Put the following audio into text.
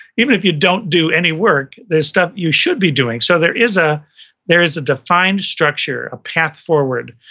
even if you don't do any work there's stuff you should be doing. so there is ah there is a defined structure, a path forward,